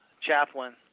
Chaplain